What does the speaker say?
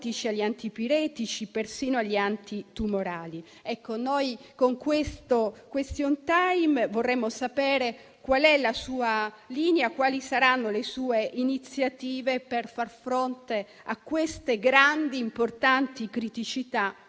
agli antipiretici, persino agli antitumorali. Con questo *question time* vorremmo sapere qual è la sua linea e quali saranno le sue iniziative per far fronte a queste grandi e importanti criticità, perché